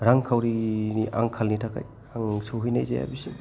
रांखाउरिनि आंखालनि थाखाय आं सौहैनाय जाया बिसिम